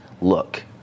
look